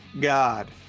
God